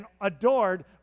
adored